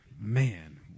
man